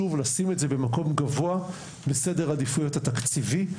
לשים את זה במקום גבוה בסדר העדיפויות התקציבי.